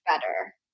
better